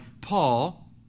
Paul